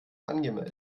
angemeldet